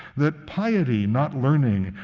that piety, not learning,